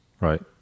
right